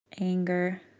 anger